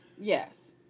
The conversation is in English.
Yes